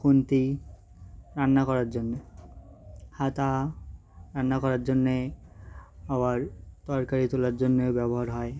খুন্তি রান্না করার জন্যে হাতা রান্না করার জন্যে আবার তরকারি তোলার জন্যেও ব্যবহার হয়